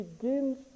begins